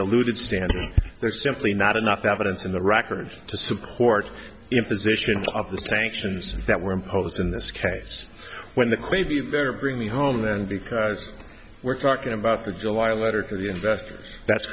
diluted standard there is simply not enough evidence in the record to support imposition of the sanctions that were imposed in this case when the crazy very bring me home then because we're talking about the july letter for the investors that's